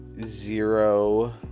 zero